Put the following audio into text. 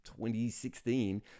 2016